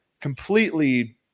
completely